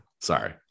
Sorry